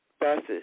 buses